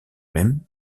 même